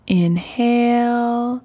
inhale